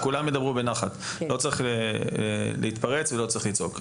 כולם ידברו בנחת לא צריך להתפרץ ולא צריך לצעוק.